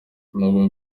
nubwo